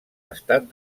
estat